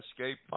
escape